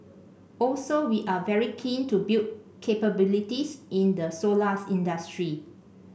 also we are very keen to build capabilities in the solar industry